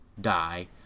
die